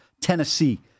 Tennessee